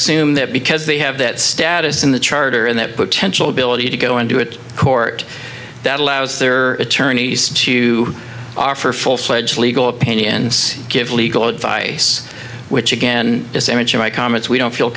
ume that because they have that status in the charter and that potential ability to go into it court that allows their attorneys to offer full fledge legal opinions give legal advice which again in my comments we don't feel